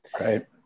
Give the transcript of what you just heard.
Right